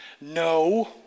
No